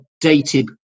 dated